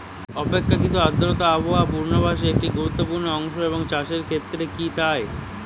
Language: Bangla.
আপেক্ষিক আর্দ্রতা আবহাওয়া পূর্বভাসে একটি গুরুত্বপূর্ণ অংশ এবং চাষের ক্ষেত্রেও কি তাই?